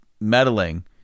meddling